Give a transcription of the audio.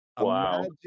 Wow